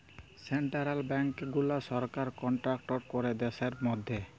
central banks গুলা সরকার control ক্যরে দ্যাশের ম্যধে